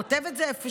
או כותב את זה איפשהו,